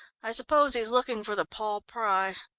i suppose he's looking for the paul pry.